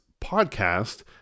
podcast